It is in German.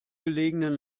gelegenen